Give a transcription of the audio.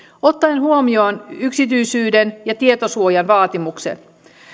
ottaen huomioon yksityisyyden suojan ja tietosuojan vaatimukset